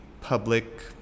public